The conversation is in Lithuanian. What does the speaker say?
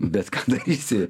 bet ką darysi